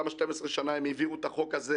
למה 12 שנה הם העבירו את החוק הזה,